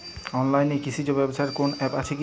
অনলাইনে কৃষিজ ব্যবসার কোন আ্যপ আছে কি?